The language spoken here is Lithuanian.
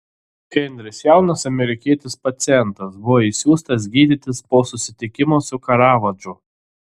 henris jaunas amerikietis pacientas buvo išsiųstas gydytis po susitikimo su karavadžu